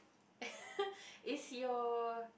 is your